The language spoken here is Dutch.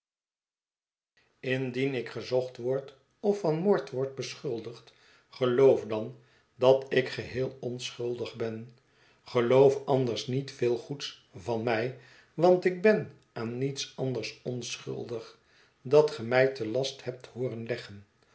indien ik gezocht word of van moord word beschuldigd geloof dan dat ik geheel onschuldig ben geloof anders niet veel goeds van mij want ik ben aan niets anders onschuldig dat ge mij te last hebt hooren leggen